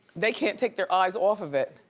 they can't take their eyes off of it.